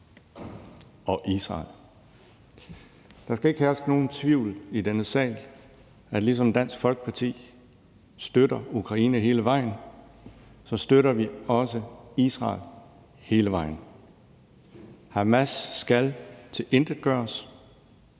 og Israel. Der skal ikke herske nogen tvivl i denne sag om, at ligesom Dansk Folkeparti støtter Ukraine hele vejen, så støtter vi også Israel hele vejen. Hamas skal tilintetgøres,